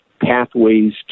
pathways